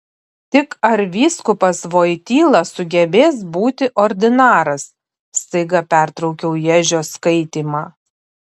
tik ar vyskupas voityla sugebės būti ordinaras staiga pertraukiau ježio skaitymą